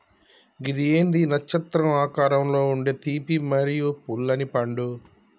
గిది ఏంది నచ్చత్రం ఆకారంలో ఉండే తీపి మరియు పుల్లనిపండు